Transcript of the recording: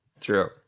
true